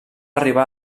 arribar